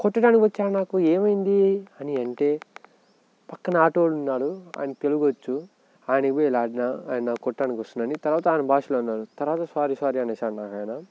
కొట్టడానికి వచ్చాడు నాకు ఏమైంది అని అంటే పక్కన ఆటో వాడున్నాడు ఆయానకి తెలుగొచ్చు ఆయనికి పోయి ఇలా అన్నా ఆయన కొట్టడానికి వస్తున్నాడని తర్వాత ఆయన భాషలో అన్నాడు తర్వాత సారీ సారీ అనేసి అన్నారు ఆయన